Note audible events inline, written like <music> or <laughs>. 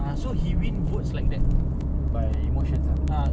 <laughs> really bro but if you think about it kan